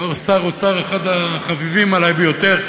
בתור שר האוצר, אחד החביבים עלי ביותר.